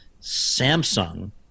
Samsung